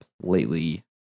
completely